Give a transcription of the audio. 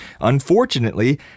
Unfortunately